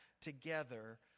together